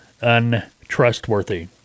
untrustworthy